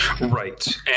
right